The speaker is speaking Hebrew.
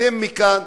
אתם מכאן,